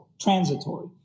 transitory